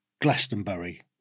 glastonbury